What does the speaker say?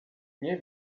nie